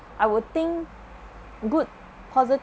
I would think good positive